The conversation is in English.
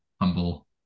humble